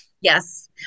Yes